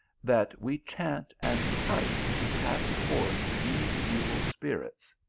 that we chant and pipe to cast forth these evil spirits.